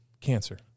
cancer